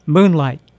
Moonlight